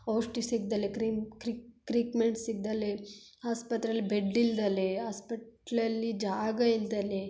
ಔಷಧಿ ಸಿಗದಲೆ cream treatment ಸಿಗದಲೆ ಆಸ್ಪತ್ರೆಲಿ ಬೆಡ್ ಇಲ್ಲದಲೆ ಆಸ್ಪೆಟ್ಲಲ್ಲಿ ಜಾಗ ಇಲ್ಲದಲೆ